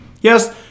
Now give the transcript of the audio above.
yes